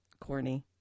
Corny